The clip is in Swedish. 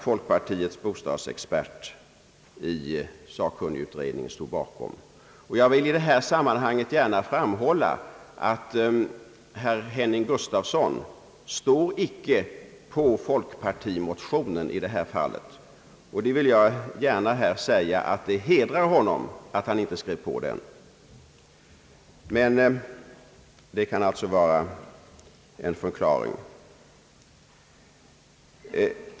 Folkpartiets bostadsexpert i sakkunnigutredningen stod bakom förslaget. Jag vill i detta sammanhang framhålla att herr Henning Gustafssons namn inte står under folkpartimotionen i detta fall. Jag vill gärna säga att det hedrar honom att han inte skrev på denna motion. Vad jag nyss sagt kan alltså vara en förklaring.